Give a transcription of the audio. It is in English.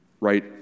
right